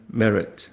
merit